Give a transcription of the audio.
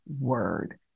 word